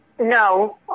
no